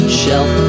shelf